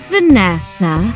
Vanessa